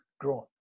drawn